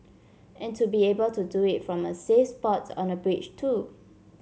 and to be able to do it from a safe spot on a bridge too